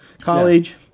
college